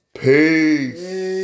peace